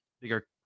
bigger